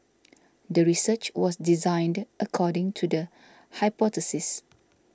the research was designed according to the hypothesis